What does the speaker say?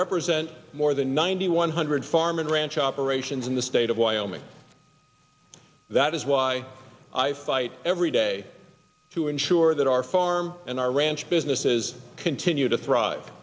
represent more than ninety one hundred farm and ranch operations in the state of wyoming that is why i fight every day to ensure that our farm and our ranch businesses continue to thrive